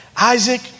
Isaac